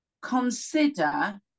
consider